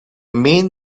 main